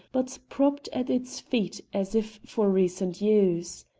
but propped at its feet as if for recent use.